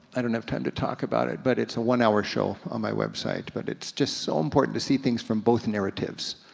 i don't have time to talk about it, but it's a one hour show on my website. but it's just so important to see things from both narratives.